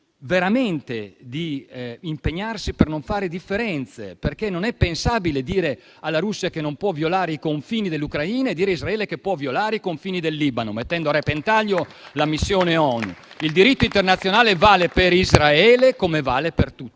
veramente per non fare differenze. Non è pensabile dire alla Russia che non può violare i confini dell'Ucraina e dire a Israele che può violare i confini del Libano, mettendo a repentaglio la missione ONU. Il diritto internazionale vale per Israele come vale per tutti